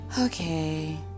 Okay